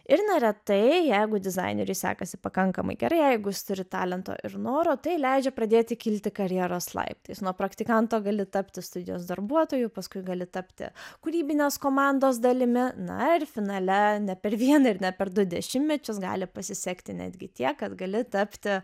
ir neretai jeigu dizaineriui sekasi pakankamai gerai jeigu jis turi talento ir noro tai leidžia pradėti kilti karjeros laiptais nuo praktikanto gali tapti studijos darbuotoju paskui gali tapti kūrybinės komandos dalimi na ir finale ne per vieną ir ne per du dešimmečius gali pasisekti netgi tiek kad gali tapti